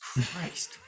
christ